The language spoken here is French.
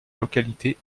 localités